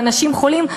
ואנשים חולים,